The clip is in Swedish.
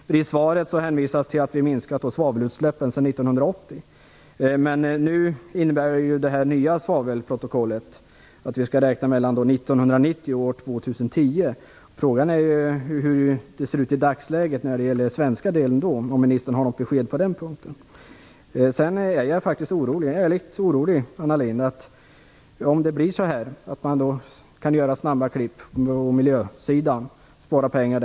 I svaret hänvisas till att vi minskat svavelutsläppen sedan Det nya svavelprotokollet innebär att vi skall räkna mellan år 1990 och år 2010. Frågan är hur det ser ut i dagsläget. Har ministern något besked om hur det ser ut i Sverige? Jag är ärligt oroad, Anna Lindh, om det blir möjligt att göra snabba klick på miljösidan och spara pengar.